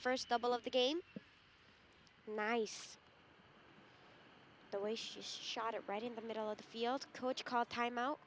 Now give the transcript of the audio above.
first double of the game nice the way she shot it right in the middle of the field coach called timeout